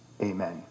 Amen